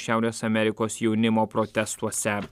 šiaurės amerikos jaunimo protestuose